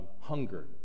hunger